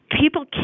people